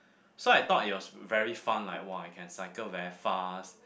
so I thought it was very fun like !wah! I can cycle very fast